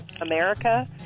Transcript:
America